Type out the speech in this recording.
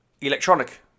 electronic